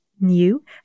new